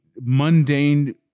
mundane